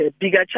bigger